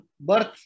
birth